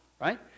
right